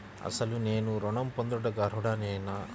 అసలు నేను ఋణం పొందుటకు అర్హుడనేన?